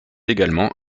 également